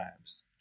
times